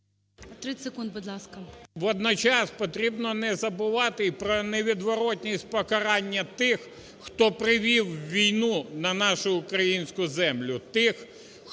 30 секунд, будь ласка. МОСІЙЧУК І.В. Водночас потрібно не забувати про невідворотність покарання тих, хто привів війну на нашу українську землю, тих, хто